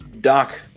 Doc